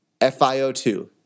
FiO2